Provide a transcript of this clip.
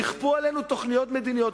יכפו עלינו תוכניות מדיניות.